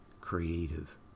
creative